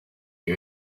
you